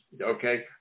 okay